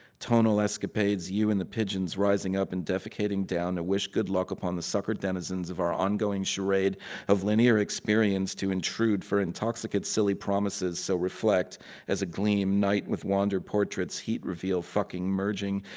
tonal escapades, you and the pigeons rising up and defecating down to wish good luck upon the sucker denizens of our ongoing charade of linear experience to intrude for intoxicate silly promises so reflect as a gleam night with wandered portraits, heat reveal fucking merging,